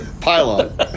Pylon